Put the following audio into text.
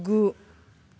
गु